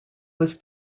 was